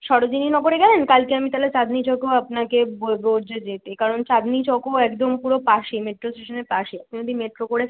সরোজিনী নগরে গেলেন কালকে আমি তাহলে চাঁদনি চকেও আপনাকে বলবো যে যেতে কারণ চাঁদনি চকও একদম পুরো পাশেই মেট্রো স্টেশানের পাশে আপনি যদি মেট্রো করে